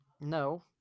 No